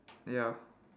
ya